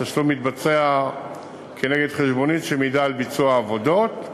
התשלום מתבצע כנגד חשבונית שמעידה על ביצוע העבודות.